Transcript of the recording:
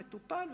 מטופל,